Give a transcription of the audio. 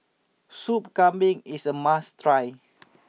Sup Kambing is a must try